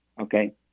okay